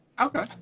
Okay